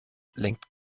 lenkt